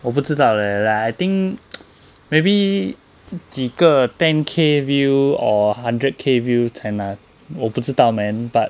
我不知道 leh like I think maybe 几个 ten K view or hundred K view 才拿我不知道 man but